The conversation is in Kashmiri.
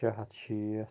شےٚ ہَتھ شیٖتھ